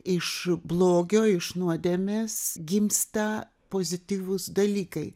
iš blogio iš nuodėmės gimsta pozityvūs dalykai